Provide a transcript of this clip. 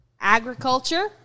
Agriculture